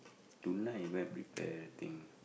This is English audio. tonight you go and prepare everything